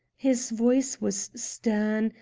his voice was stern,